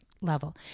level